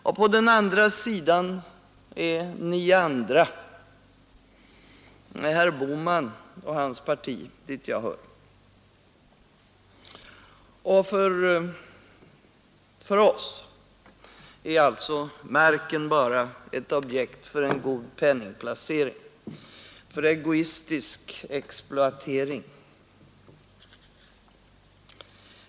Och på den andra sidan är ni andra, herr Bohman och hans parti — dit jag hör. För oss är alltså marken bara ett objekt för en god penningplacering, för egoistisk exploatering.